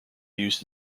used